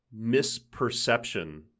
misperception